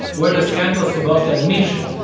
were the scandals about admission.